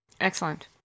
Excellent